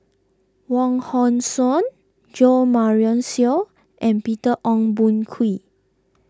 Wong Hong Suen Jo Marion Seow and Peter Ong Boon Kwee